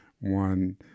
One